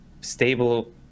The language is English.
stable